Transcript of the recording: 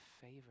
favor